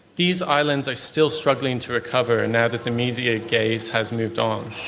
these islands are still struggling to recover now that the media gaze has moved on.